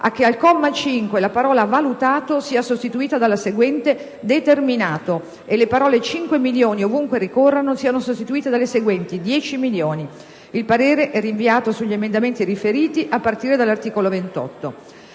a che al comma 5 la parola: "valutato" sia sostituita dalla seguente: "determinato" e le parole: "5 milioni", ovunque ricorrano, siano sostituite dalle seguenti: "10 milioni". Il parere è rinviato sugli emendamenti riferiti a partire dall'articolo 28».